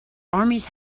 armies